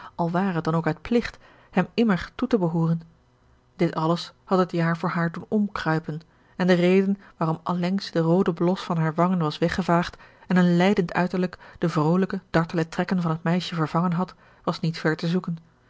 al ware het dan ook uit pligt hem immer toe te behooren dit alles had het jaar voor haar doen omkruipen en de reden waarom allengs de roode blos van hare wangen was weggevaagd en een lijdend uiterlijk de vrolijke dartele trekken van het meisje vervangen had was niet ver te zoeken